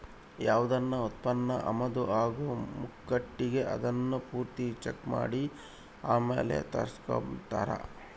ಯಾವ್ದನ ಉತ್ಪನ್ನ ಆಮದು ಆಗೋ ಮುಂಕಟಿಗೆ ಅದುನ್ನ ಪೂರ್ತಿ ಚೆಕ್ ಮಾಡಿ ಆಮೇಲ್ ತರಿಸ್ಕೆಂಬ್ತಾರ